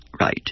right